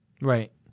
Right